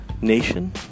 nation